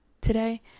today